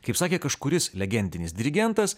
kaip sakė kažkuris legendinis dirigentas